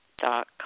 dot